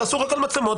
תעשו רק על מצלמות,